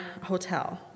hotel